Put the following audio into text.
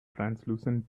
translucent